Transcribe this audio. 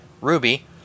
Ruby